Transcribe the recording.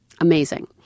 amazing